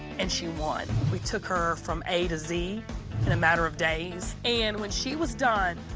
and she won. we took her from a to z in a matter of days. and when she was done,